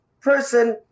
person